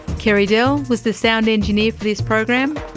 carey dell was the sound engineer for this program,